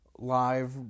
live